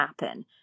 happen